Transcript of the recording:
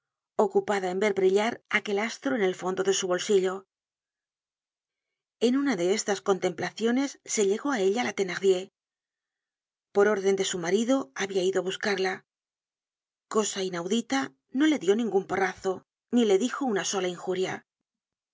ocupada en ver brillar aquel astro en el fondo de su bolsillo en una de estas contemplaciones se llegó á ella la thenardier por órden de su marido habia ido á buscarla cosa inaudita no le dió ningun porrazo ni le dijo una sola injuria